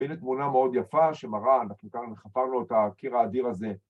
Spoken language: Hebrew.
‫מתקבלת תמונה מאוד יפה שמראה, ‫אנחנו כאן חפרנו את הקיר האדיר הזה.